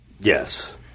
Yes